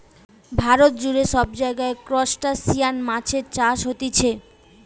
ভারত জুড়ে সব জায়গায় ত্রুসটাসিয়ান মাছের চাষ হতিছে